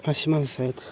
अशी माणसं आहेत